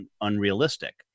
unrealistic